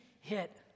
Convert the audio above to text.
hit